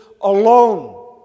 alone